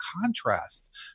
contrast